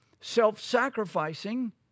self-sacrificing